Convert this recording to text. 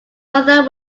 mother